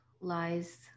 lies